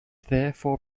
therefore